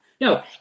No